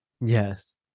Yes